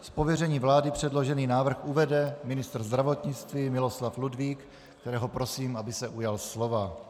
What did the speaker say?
Z pověření vlády předložený návrh uvede ministr zdravotnictví Miloslav Ludvík, kterého prosím, aby se ujal slova.